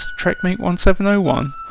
TrekMate1701